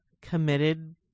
committed